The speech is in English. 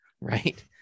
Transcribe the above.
right